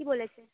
কী বলেছে